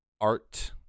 art